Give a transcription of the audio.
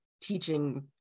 teaching